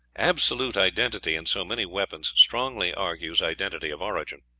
absolute identity in so many weapons strongly argues identity of origin.